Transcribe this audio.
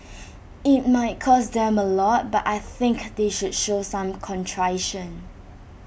IT might cost them A lot but I think they should show some contrition